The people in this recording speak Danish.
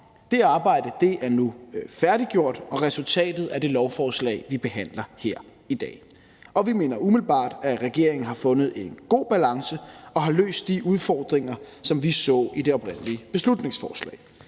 Det arbejde er nu færdiggjort, og resultatet er det lovforslag, vi behandler her i dag. Og vi mener umiddelbart, at regeringen har fundet en god balance og har løst de udfordringer, som vi så i det oprindelige beslutningsforslag.